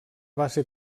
base